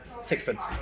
sixpence